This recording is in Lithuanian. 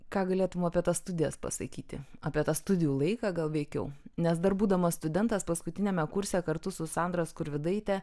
ką galėtum apie tas studijas pasakyti apie tą studijų laiką gal veikiau nes dar būdamas studentas paskutiniame kurse kartu su sandra skurvidaite